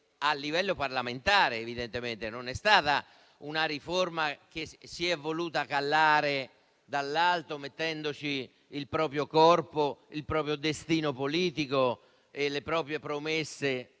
a livello parlamentare. Non è stata una riforma che si è voluta calare dall'alto mettendoci il proprio corpo, il proprio destino politico e le proprie promesse,